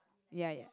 ya ya